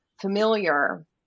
familiar